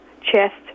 chest